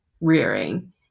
rearing